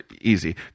Easy